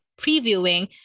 previewing